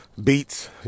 beats